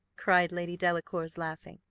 cried lady delacour, laughing.